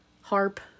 HARP